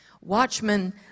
Watchmen